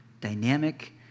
dynamic